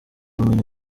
ubumenyi